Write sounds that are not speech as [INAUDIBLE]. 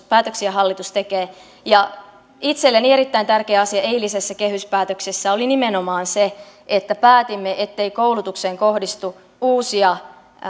[UNINTELLIGIBLE] päätöksiä hallitus tekee itselleni erittäin tärkeä asia eilisessä kehyspäätöksessä oli nimenomaan se että päätimme ettei koulutukseen kohdistu uusia